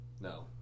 No